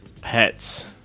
pets